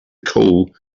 coal